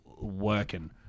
working